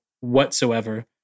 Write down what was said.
whatsoever